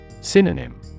Synonym